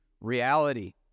reality